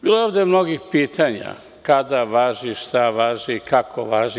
Bilo je ovde mnogih pitanja, kada važi, šta važi, kako važi.